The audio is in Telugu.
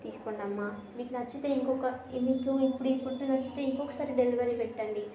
తీసుకోండమ్మా మీకు నచ్చితే ఇంకొక మీకు ఇప్పుడు ఈ ఫుడ్డు నచ్చితే ఇంకొకసారి డెలివరీ పెట్టండి